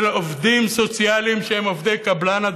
של עובדים סוציאליים שהם עובדי קבלן.